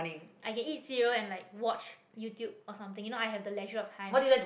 I can eat cereal and like watch YouTube or something you know I have the leisure of time